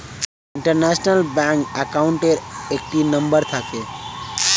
international bank অ্যাকাউন্টের একটি number থাকে